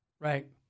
Right